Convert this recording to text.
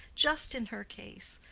just in her case!